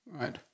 Right